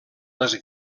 les